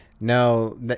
No